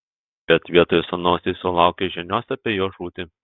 bet vietoj sūnaus ji sulaukė žinios apie jo žūtį